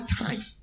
time